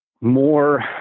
more